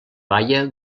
baia